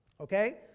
Okay